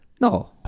no